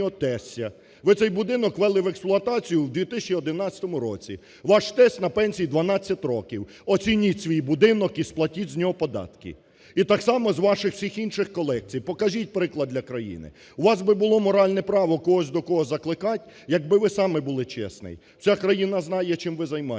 Ви цей будинок ввели в експлуатацію в 2011 році. Ваш тесть на пенсії 12 років. Оцініть свій будинок і сплатіть з нього податки, і так само з ваших усіх інших колекцій. Покажіть приклад для країни. У вас би було моральне право когось до чогось закликати, якби ви самі були чесний. Вся країна знає, чим ви займаєтесь.